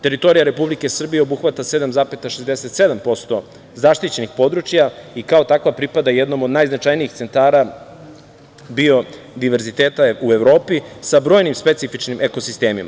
Teritorija Republike Srbije obuhvata 7,67% zaštićenih područja i kao takva, pripada jednom od najznačajnijih centara biodiverziteta u Evropi, sa brojnim specifičnim ekosistemima.